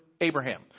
Abraham